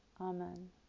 Amen